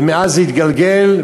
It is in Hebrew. ומאז זה התגלגל,